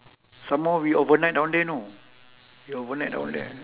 some more we overnight down there know we overnight down there